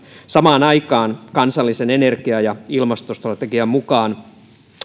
samaan aikaan kansallisen energia ja ilmastostrategian mukaan